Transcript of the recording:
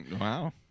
Wow